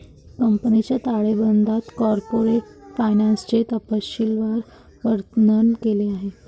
कंपनीच्या ताळेबंदात कॉर्पोरेट फायनान्सचे तपशीलवार वर्णन केले आहे